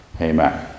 Amen